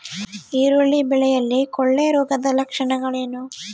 ಈರುಳ್ಳಿ ಬೆಳೆಯಲ್ಲಿ ಕೊಳೆರೋಗದ ಲಕ್ಷಣಗಳೇನು?